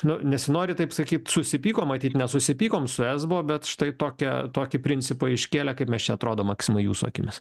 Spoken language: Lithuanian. nu nesinori taip sakyt susipykom matyt nesusipykom su esbo bet štai tokią tokį principą iškėlė kaip mes čia atrodom maksimai jūsų akimis